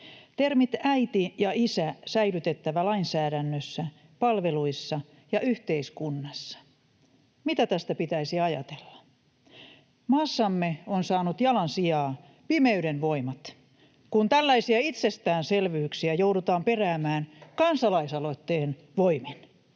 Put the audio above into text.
”Termit äiti ja isä säilytettävä lainsäädännössä, palveluissa ja yhteiskunnassa.” Mitä tästä pitäisi ajatella? Maassamme ovat saaneet jalansijaa pimeyden voimat, kun tällaisia itsestäänselvyyksiä joudutaan peräämään kansalaisaloitteen voimin.